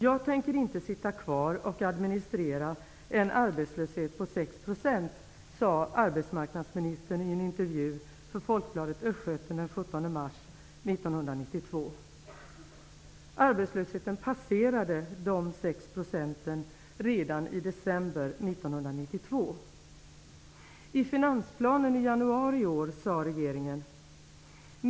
''Jag tänker inte sitta kvar och administrera en arbetslöshet på 6 %'', sade arbetsmarknadsministern i en intervju för Arbetslösheten passerade de 6 procenten redan i december 1992.